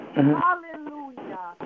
Hallelujah